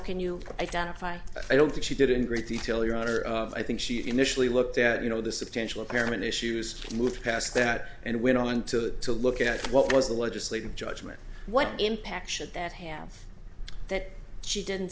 can you identify i don't think she did it in great detail your honor i think she initially looked at you know the substantial current issues moved past that and we're going to look at what was the legislative judgment what impact should that have that she didn't